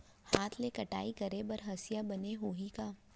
हाथ ले कटाई करे बर हसिया बने होही का?